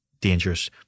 dangerous